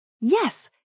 Yes